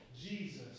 Jesus